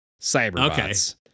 Cyberbots